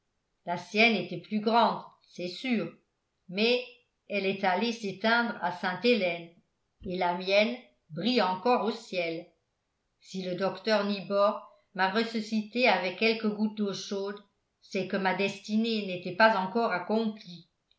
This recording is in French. la sienne était plus grande c'est sûr mais elle est allée s'éteindre à sainte-hélène et la mienne brille encore au ciel si le docteur nibor m'a ressuscité avec quelques gouttes d'eau chaude c'est que ma destinée n'était pas encore accomplie